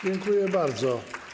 Dziękuję bardzo.